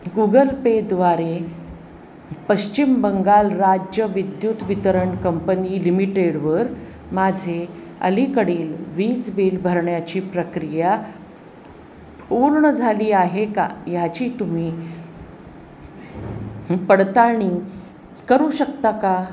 Google पेद्वारे पश्चिम बंगाल राज्य विद्युत वितरण कंपनी लिमिटेडवर माझे अलीकडील वीज बिल भरण्याची प्रक्रिया पूर्ण झाली आहे का याची तुम्ही पडताळणी करू शकता का